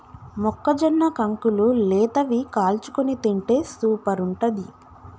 మొక్కజొన్న కంకులు లేతవి కాల్చుకొని తింటే సూపర్ ఉంటది